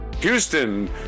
Houston